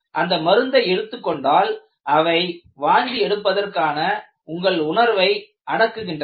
அந்த மருந்தை எடுத்துக் கொண்டால் அவை வாந்தியெடுப்பதற்கான உங்கள் உணர்வை அடக்குகின்றன